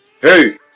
Hey